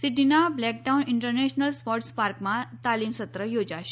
સીડનીનાં Black Town International sports પાર્કમાં તાલીમ સત્ર યોજાશે